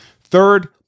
Third